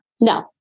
No